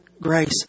grace